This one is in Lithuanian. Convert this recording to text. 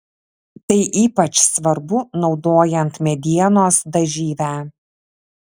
tai ypač svarbu naudojant medienos dažyvę